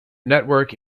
network